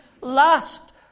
last